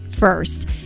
first